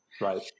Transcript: Right